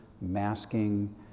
masking